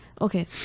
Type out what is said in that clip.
Okay